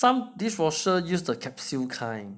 some dishwasher use the capsule kind